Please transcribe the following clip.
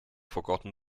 forgotten